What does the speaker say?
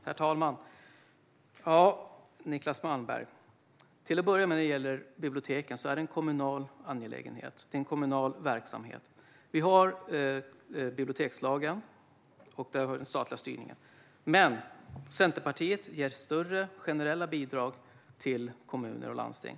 Herr talman! Niclas Malmberg! Till att börja med är biblioteken en kommunal angelägenhet och verksamhet. Vi har bibliotekslagen, och där har vi den statliga styrningen. Centerpartiet vill ge större generella bidrag till kommuner och landsting.